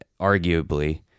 arguably